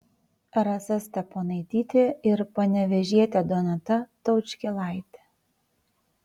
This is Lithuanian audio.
rasa steponaitytė ir panevėžietė donata taučkėlaitė